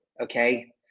okay